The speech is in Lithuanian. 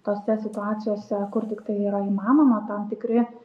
tose situacijose kur tiktai yra įmanoma tam tikri